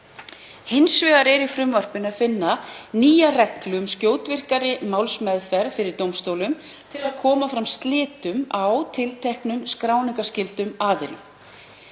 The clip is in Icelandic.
Hins vegar er í frumvarpinu að finna nýjar reglur um skjótvirkari málsmeðferð fyrir dómstólum til að koma fram slitum á tilteknum skráningarskyldum aðilum.